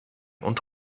und